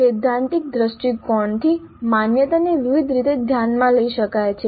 સૈદ્ધાંતિક દ્રષ્ટિકોણથી માન્યતાને વિવિધ રીતે ધ્યાનમાં લઈ શકાય છે